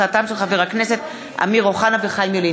הצעתם של חברי הכנסת אמיר אוחנה וחיים ילין.